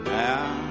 now